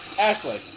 Ashley